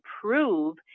prove